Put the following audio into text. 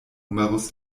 numerus